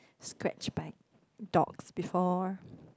scratched by dogs before